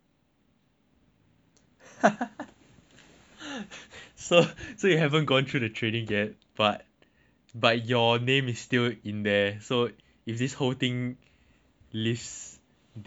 so so you haven't gone through the training yet but but your name is still in there so is this whole thing lifts they might still call you back ah